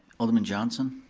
alderman johnson?